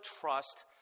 trust